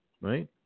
right